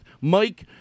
Mike